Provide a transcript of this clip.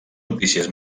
notícies